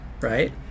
Right